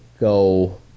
go